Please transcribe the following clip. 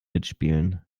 mitspielen